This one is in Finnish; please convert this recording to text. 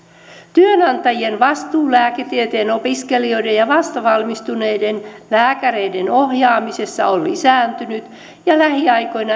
työnantajien vastuu lääketieteen opiskelijoiden ja vastavalmistuneiden lääkäreiden ohjaamisessa on lisääntynyt ja lähiaikoina